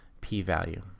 p-value